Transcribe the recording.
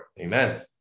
Amen